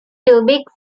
quebec